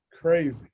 Crazy